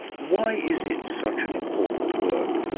why is it such an important work?